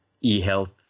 e-health